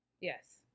Yes